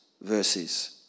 verses